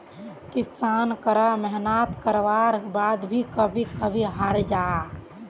किसान करा मेहनात कारवार बाद भी कभी कभी हारे जाहा